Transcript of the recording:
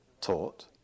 taught